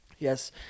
Yes